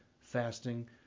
fasting